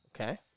Okay